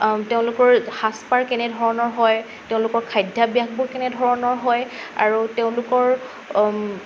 তেওঁলোকৰ সাজপাৰ কেনেধৰণৰ হয় তেওঁলোকৰ খাদ্যাভাসবোৰ কেনেধৰণৰ হয় আৰু তেওঁলোকৰ